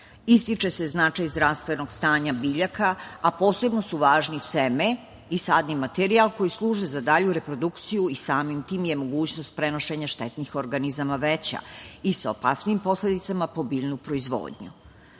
Ističe se značaj zdravstvenog stanja biljaka, a posebno su važni seme i sadni materijal koji služe za dalju reprodukciju i samim tim je mogućnost prenošenja štetnih organizama veća i sa opasnijim posledicama po biljnu proizvodnju. Jedna